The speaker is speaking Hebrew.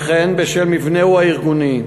וכן מבנהו הארגוני,